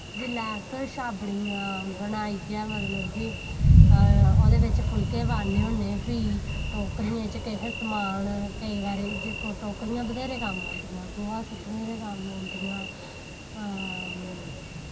जिसलै अस छाबड़ियां बनाईयै मतलव कि ओह्दे बिच्च फुल्के पान्ने होन्ने प्ही टोकरियें बिच्च किश समान केंई बारी टोकरियां बथ्हेरे कम्म औंदियां गोहा सुट्टने दे कम्म औंदियां